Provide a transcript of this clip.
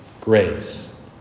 Grace